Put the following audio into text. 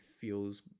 feels